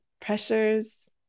pressures